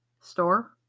Store